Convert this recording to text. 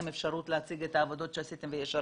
אפשרות להציג את העבודות שעשיתם ויש הרבה,